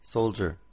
Soldier